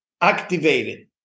activated